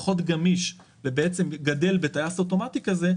פחות גמיש ובעצם גדל בטייס אוטומטי כזה,